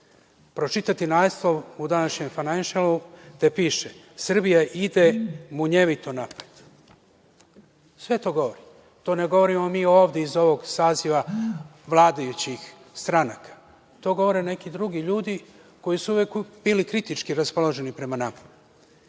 pročitati naslov u današnjem „Fajnešelu“ gde piše – Srbija ide munjevito napred. Sve to govori, to ne govorimo mi ovde iz ovog saziva vladajućih stranaka, to govore neki drugi ljudi koji su uvek bili kritički raspoloženi prema nama,